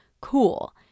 Cool